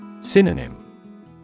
Synonym